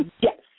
yes